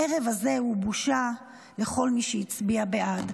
--- הערב הזה הוא בושה לכל מי שהצביע בעד".